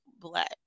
black